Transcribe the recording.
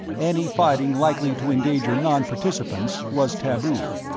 any fighting likely to endanger nonparticipants was taboo.